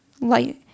light